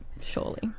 surely